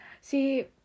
See